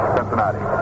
Cincinnati